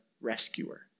rescuer